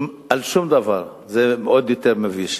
זה עוד יותר מביש.